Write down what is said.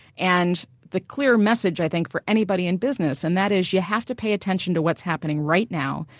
and the clear message i think for anybody in business and that is you have to pay attention to what's happening right now,